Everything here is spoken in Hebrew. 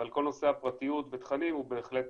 אבל כל נושא הפרטיות בתכנים הוא בהחלט